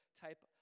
type